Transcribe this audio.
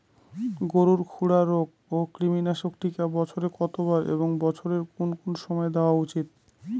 গরুর খুরা রোগ ও কৃমিনাশক টিকা বছরে কতবার এবং বছরের কোন কোন সময় দেওয়া উচিৎ?